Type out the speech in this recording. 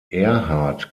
erhard